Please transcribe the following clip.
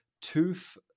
tooth